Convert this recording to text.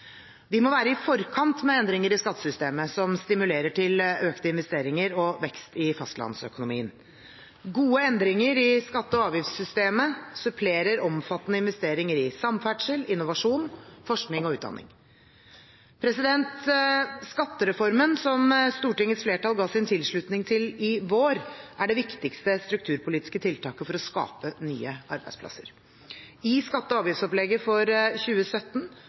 Vi må være i forkant med endringer i skattesystemet som stimulerer til økte investeringer og vekst i fastlandsøkonomien. Gode endringer i skatte- og avgiftssystemet supplerer omfattende investeringer i samferdsel, innovasjon, forskning og utdanning. Skattereformen som Stortingets flertall ga sin tilslutning til i vår, er det viktigste strukturpolitiske tiltaket for å skape nye arbeidsplasser. I skatte- og avgiftsopplegget for 2017